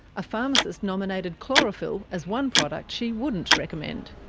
a pharmacist nominated chlorophyll as one product she wouldn't recommend.